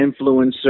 influencer